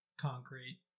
concrete